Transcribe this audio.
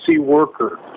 worker